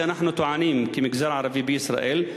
אף שאנחנו טוענים, כמגזר הערבי בישראל,